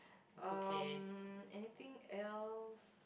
um anything else